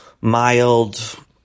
Mild